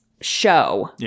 show